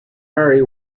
murray